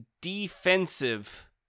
defensive